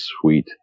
sweet